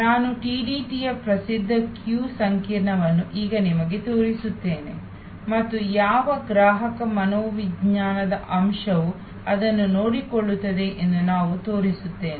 ನಾನು ಟಿಟಿಡಿಯ ಪ್ರಸಿದ್ಧ ಸರದಿ ಸಂಕೀರ್ಣವನ್ನುಈಗ ನಿಮಗೆ ತೋರಿಸುತ್ತೇನೆ ಮತ್ತು ಯಾವ ಗ್ರಾಹಕ ಮನೋವಿಜ್ಞಾನದ ಅಂಶವು ಅದನ್ನು ನೋಡಿಕೊಳ್ಳುತ್ತದೆ ಎಂದು ನಾನು ತೋರಿಸುತ್ತೇನೆ